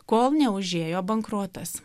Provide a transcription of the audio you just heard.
kol neužėjo bankrotas